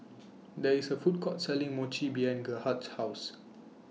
There IS A Food Court Selling Mochi behind Gerhard's House